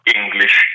English